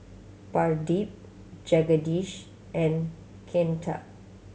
Pradip Jagadish and Ketna